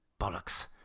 Bollocks